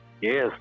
Yes